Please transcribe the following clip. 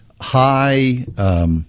high